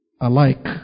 alike